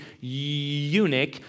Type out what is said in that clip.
eunuch